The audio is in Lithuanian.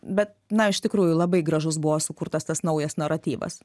bet na iš tikrųjų labai gražus buvo sukurtas tas naujas naratyvas